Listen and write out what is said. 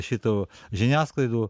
šitų žiniasklaidų